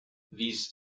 these